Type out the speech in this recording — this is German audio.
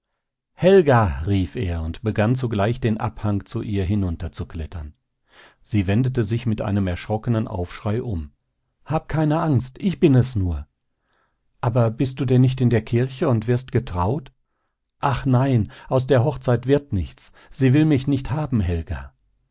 helga rief er und begann zugleich den abhang zu ihr hinunterzuklettern sie wendete sich mit einem erschrockenen aufschrei um hab keine angst ich bin es nur aber bist du denn nicht in der kirche und wirst getraut ach nein aus der hochzeit wird nichts sie will mich nicht haben helga